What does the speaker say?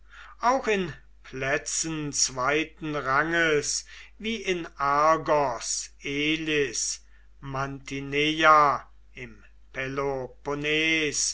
auch in plätzen zweiten ranges wie in argos elis mantineia im peloponnes